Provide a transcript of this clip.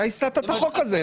אתה ייסדת את החוק הזה.